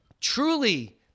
truly